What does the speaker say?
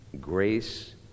grace